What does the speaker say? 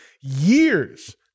years